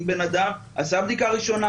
אם אדם עשה בדיקה ראשונה,